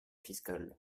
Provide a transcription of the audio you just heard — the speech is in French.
fiscal